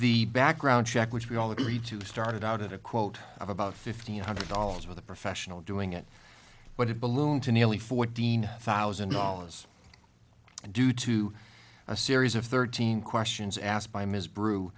the background check which we all agreed to started out at a quote of about fifteen hundred dollars with a professional doing it but it ballooned to nearly fourteen thousand dollars due to a series of thirteen questions asked by ms br